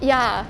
ya